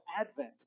Advent